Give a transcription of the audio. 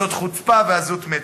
זאת חוצפה ועזות מצח.